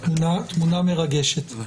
תמונה מרגשת.